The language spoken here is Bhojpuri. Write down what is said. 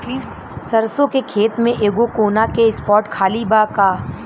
सरसों के खेत में एगो कोना के स्पॉट खाली बा का?